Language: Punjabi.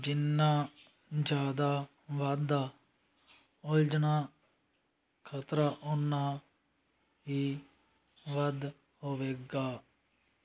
ਜਿੰਨਾ ਜ਼ਿਆਦਾ ਵਾਧਾ ਉਲਝਣਾਂ ਦਾ ਖ਼ਤਰਾ ਓਨਾ ਹੀ ਵੱਧ ਹੋਵੇਗਾ